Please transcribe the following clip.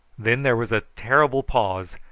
then there was a terrible pause,